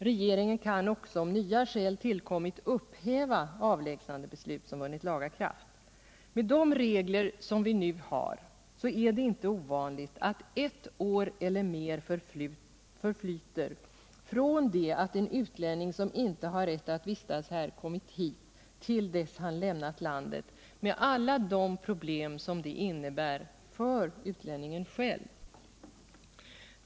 Regeringen kan också, om nya skäl tillkommit, upphäva avlägsnandebeslut som vunnit laga kraft. Med de regler vi nu har är det inte ovanligt att ett år eller mer förflyter från det att en utlänning som inte har rätt att vistas här kommit hit till dess han lämnat landet, med alla de problem som det innebär för utlänningen själv.